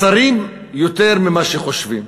קצרים יותר ממה שחושבים.